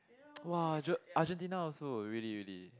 !wah! ARge~ Argentina also really really